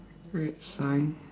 red sign